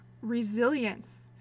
resilience